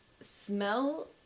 Smell